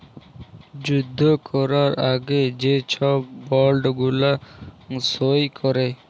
যুদ্ধ ক্যরার আগে যে ছব বল্ড গুলা সই ক্যরে